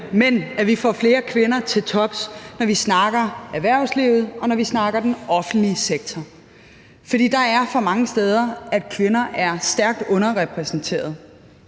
men når vi snakker erhvervslivet, og når vi snakker den offentlige sektor. For der er for mange steder, hvor kvinder er stærkt underrepræsenteret